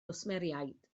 gwsmeriaid